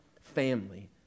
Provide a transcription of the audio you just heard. family